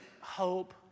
hope